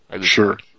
Sure